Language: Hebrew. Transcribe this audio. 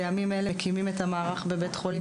בימים אלה אנחנו מקימים את המערך בבית חולים